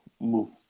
move